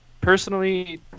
personally